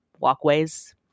Walkways